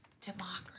democracy